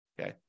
Okay